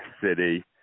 city